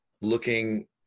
Looking